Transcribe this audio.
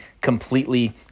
completely